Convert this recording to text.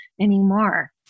anymore